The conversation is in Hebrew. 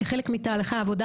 כחלק מתהליכי העבודה,